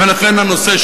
ולכן הנושא,